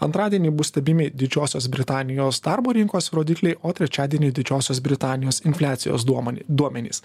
antradienį bus stebimi didžiosios britanijos darbo rinkos rodikliai o trečiadienį didžiosios britanijos infliacijos duomany duomenys